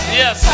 yes